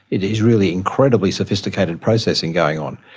it is really incredibly sophisticated processing going on.